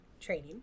training